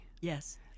yes